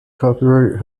copyright